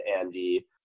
Andy